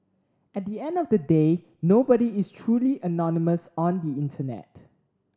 at the end of the day nobody is truly anonymous on the internet